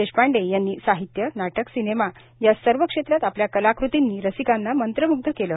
देशपांडे यांनी साहित्य नाटक सिनेमा या सर्व क्षेत्रात आपल्या कलाकृतींनी रसिकांना मंत्रम्ग्ध केले